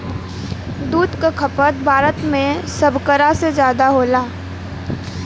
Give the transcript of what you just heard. दूध क खपत भारत में सभकरा से जादा होला